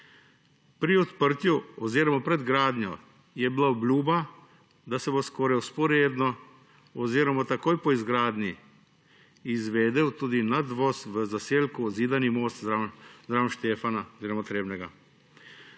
Pri odprtju oziroma pred gradnjo je bila obljuba, da se bo skoraj vzporedno oziroma takoj po izgradnji izvedel tudi nadvoz v zaselku Zidani Most zraven Štefana oziroma Trebnjega.